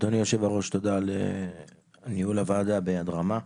אדוני היושב-ראש, תודה על ניהול הוועדה ביד רמה.